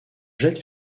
jette